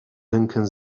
denken